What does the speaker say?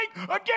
again